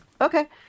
Okay